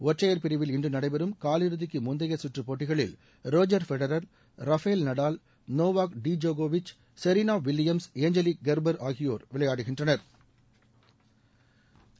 ஒற்றையர் பிரிவில் இன்று நடைபெறும் காலிறதிக்கு முந்தைய சுற்று போட்டிகளில் Roger Federer Rafael Nadal Novak Djokovic Serena Williams Angelique Kerber ஆகியோா் விளையாடுகின்றனா்